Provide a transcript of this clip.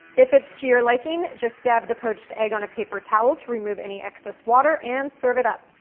if it's to your liking, just dab the poached egg on a paper towel to remove any excess water and serve it up.